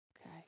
okay